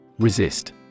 Resist